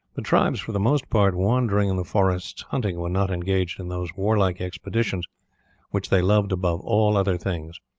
the tribes for the most part wandering in the forests hunting when not engaged in those warlike expeditions which they loved above all other things.